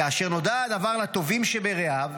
"כאשר נודע הדבר לטובים שברעיו",